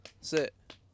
Sit